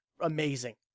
amazing